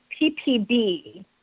PPB